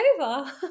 over